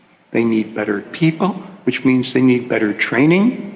they need better people, which means they need better training.